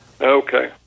Okay